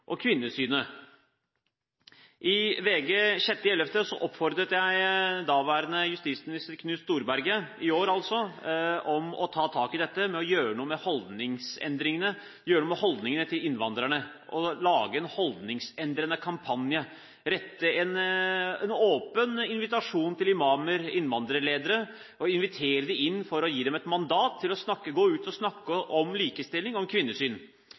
og kvinnesynet. I VG 6. november i år oppfordret jeg daværende justisminister, Knut Storberget, om å ta tak i dette, til å gjøre noe med holdningene til innvandrerne. Jeg oppfordret ham til å lage en holdningsendrende kampanje, rette en åpen invitasjon til imamer og innvandrerledere, invitere dem inn for å gi dem et mandat til å gå ut og snakke om likestilling